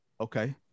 okay